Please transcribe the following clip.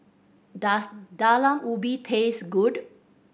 does Talam Ubi taste good